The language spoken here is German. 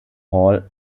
hall